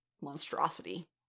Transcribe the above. monstrosity